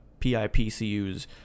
PIPCU's